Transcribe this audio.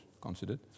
considered